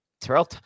Terrell